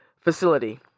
facility